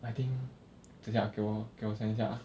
I think 等一下给我给我想一下 ah